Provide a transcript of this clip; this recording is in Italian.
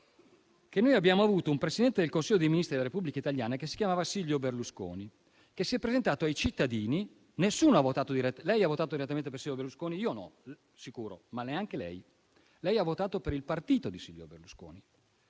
che abbiamo avuto un Presidente del Consiglio dei ministri della Repubblica italiana che si chiamava Silvio Berlusconi, che si è presentato ai cittadini. Nessuno lo ha votato direttamente. Lei ha votato direttamente per Silvio Berlusconi? Io no sicuro, ma neanche lei. Lei ha votato invece per il partito di Silvio Berlusconi.